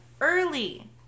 early